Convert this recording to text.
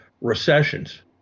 recessions